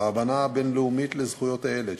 האמנה הבין-לאומית לזכויות הילד,